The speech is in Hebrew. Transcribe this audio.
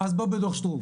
אז בוא בדו"ח שטרום.